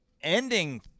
ending